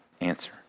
answer